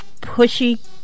pushy